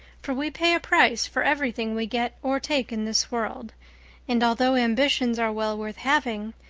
for we pay a price for everything we get or take in this world and although ambitions are well worth having,